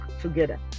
together